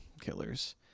killers